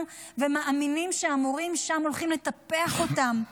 ומאמינים שהמורים שם הולכים לטפח אותם,